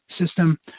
system